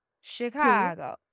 Chicago